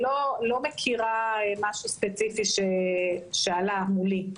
לא מכירה משהו ספציפי שעלה מולי.